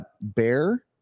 bear